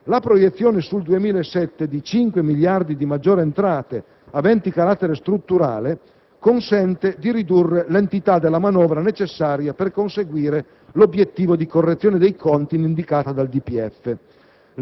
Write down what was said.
La proiezione sul 2007 di 5 miliardi di maggiori entrate, aventi carattere strutturale, consente di ridurre l'entità della manovra necessaria per conseguire l'obiettivo di correzione dei conti indicato dal DPEF.